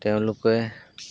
তেওঁলোকে